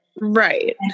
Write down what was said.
Right